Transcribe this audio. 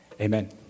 amen